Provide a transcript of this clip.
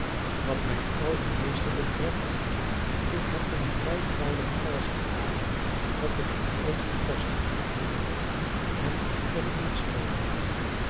wat mijn ouden meester betreft ik heb hem vijfvoudig alles betaald wat ik hem ooit gekost heb hem ben ik niets schuldig